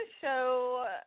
show